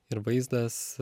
ir vaizdas